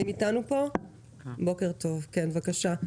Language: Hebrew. בוקר טוב, בבקשה.